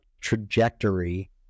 trajectory